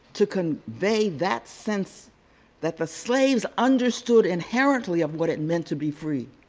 to convey that sense that the slaves understood inherently of what it meant to be free